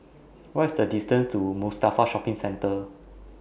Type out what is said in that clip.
What IS The distance to Mustafa Shopping Centre